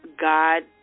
God